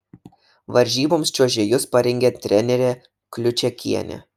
varžyboms čiuožėjus parengė trenerė kliučakienė